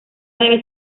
debe